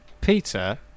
Peter